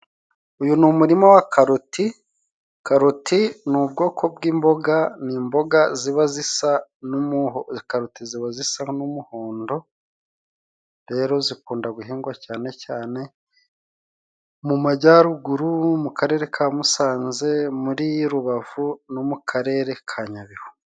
Uyu ni umurima wa karoti, karoti ni ubwoko bw'imboga, ni imboga ziba zisa n'umuhondo, rero zikunda guhingwa cyane cyane mu majyaruguru, mu karere ka Musanze, muri Rubavu no mu karere ka Nyabihu.